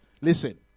Listen